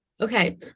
Okay